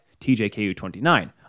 TJKU29